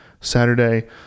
Saturday